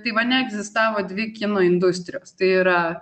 taivane egzistavo dvi kino industrijos tai yra